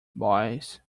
boys